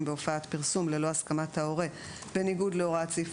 בהופעת פרסום ללא הסכמת ההורה בניגוד להוראת סעיף